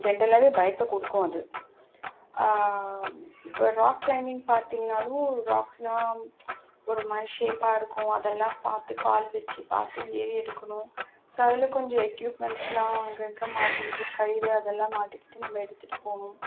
ஜென்ரலாகவே பயத்தை கொடுக்கும் அது இப்போ ராக் க்ளைம்பிங் பார்த்தீங்கன்னாலும் ராக்ஸ்லாம் ஒருமாதிரி ஷேப்பாக இருக்கும் அதெல்லாம் பார்த்து கால் வெச்சு பார்த்து ஏறி எடுக்கணும் ஸோ அதில் கொஞ்சம் எக்யூப்மென்ட்ஸ்லாம் அங்கே இங்கே மாட்டிக்கிட்டு கயிறு அதெல்லாம் மாட்டிக்கிட்டு நம்ம எடுத்துகிட்டு போகணும்